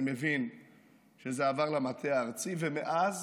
אני מבין שזה עבר למטה הארצי, ומאז